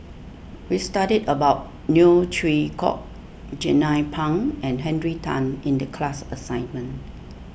we studied about Neo Chwee Kok Jernnine Pang and Henry Tan in the class assignment